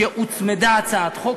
שהוצמדה הצעת חוק.